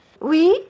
Oui